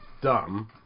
dumb